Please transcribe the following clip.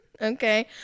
okay